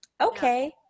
okay